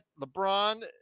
LeBron